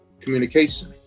communication